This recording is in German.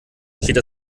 steht